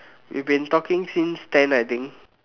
we've been talking since ten I think